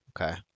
Okay